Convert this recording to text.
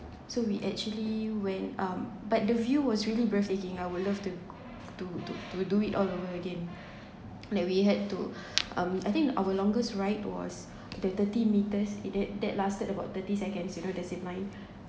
so we actually went up but the view was really breathtaking I would love to to to to do it all over again like we had to um I think our longest ride was the thirty metres in that that lasted about thirty seconds you know the zip line